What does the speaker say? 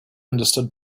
understood